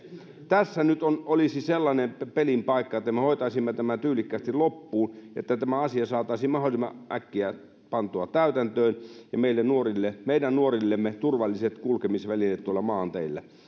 tässä nyt olisi sellainen pelin paikka että me hoitaisimme tämän tyylikkäästi loppuun että tämä asia saataisiin mahdollisimman äkkiä pantua täytäntöön ja meidän nuorillemme turvalliset kulkemisvälineet tuolla maanteillä